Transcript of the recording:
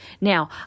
Now